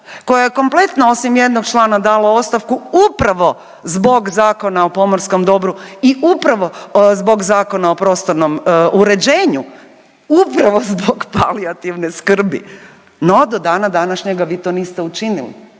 koje je kompletno osim jednog člana dalo ostavku upravo zbog Zakona o pomorskom dobru i upravo zbog Zakona o prostornom uređenju upravo zbog palijativne skrbi. No do dana današnjega vi to niste učinili,